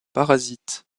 parasite